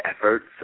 efforts